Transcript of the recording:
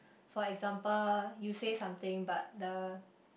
for example you say something but the